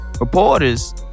reporters